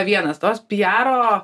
vienas tos piaro